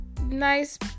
nice